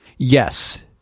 yes